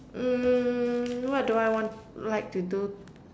mm what do I want like to do